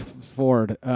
Ford